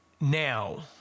now